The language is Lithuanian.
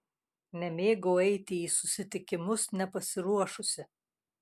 nemėgau eiti į susitikimus nepasiruošusi